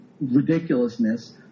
ridiculousness